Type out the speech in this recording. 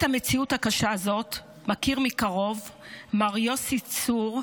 את המציאות הקשה הזאת מכיר מקרוב מר יוסי צור,